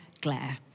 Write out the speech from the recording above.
glare